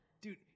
dude